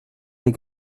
des